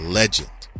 legend